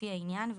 לפי העניין,